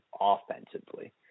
offensively